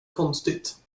konstigt